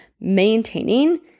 maintaining